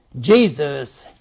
Jesus